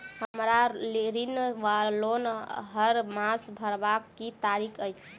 हम्मर ऋण वा लोन हरमास भरवाक की तारीख अछि?